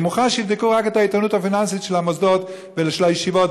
אני מוכן שתבדקו רק את האיתנות הפיננסית של המוסדות ושל הישיבות,